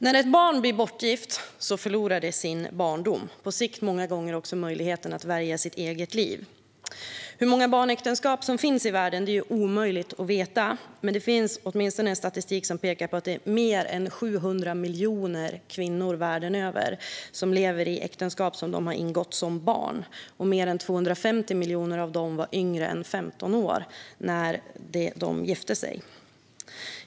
När ett barn blir bortgift förlorar det sin barndom, och på sikt också många gånger möjligheten att välja sitt eget liv. Hur många barnäktenskap som finns i världen är omöjligt att veta. Statistik visar dock att fler än 700 miljoner kvinnor världen över lever i äktenskap som de har ingått som barn, och fler än 250 miljoner av dem var yngre än 15 år när de gifte sig.